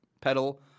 pedal